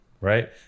right